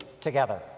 together